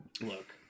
look